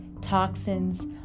toxins